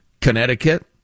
Connecticut